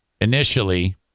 initially